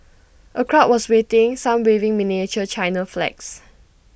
A crowd was waiting some waving miniature China flags